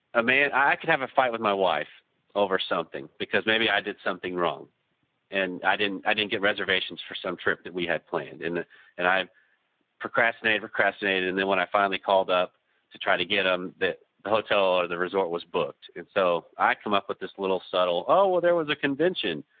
a man, i can have a fight with my wife over something because may be i did something wrong and i didn't i didn't get reservations for some trip that we had planned and and i procrastinated, procrastinated, and then when i finally called up to try to get them the hotel or the resort was booked. and so i come up with this little subtle, oh, there was a convention,